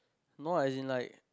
no as in like